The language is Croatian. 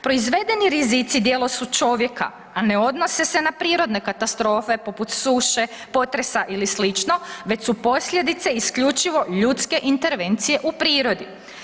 Proizvedeni rizici djelo su čovjeka a ne odnose se na prirodne katastrofe poput suše, potresa ili slično, već su posljedice isključivo ljudske intervencije u prirodi.